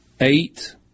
Eight